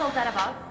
that about?